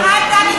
תשאל את דני דנון.